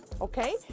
okay